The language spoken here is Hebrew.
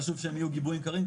חשוב שהם יהיו גיבויים קרים,